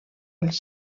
els